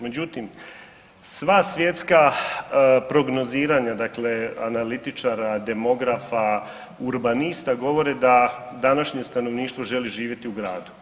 Međutim, sva svjetska prognoziranja dakle analitičara, demografa, urbanista govore da današnje stanovništvo želi živjeti u gradu.